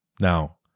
Now